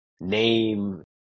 name